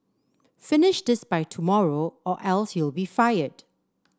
finish this by tomorrow or else you'll be fired